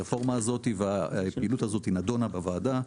הרפורמה הזאת והפעילות הזאת נדונה בוועדה,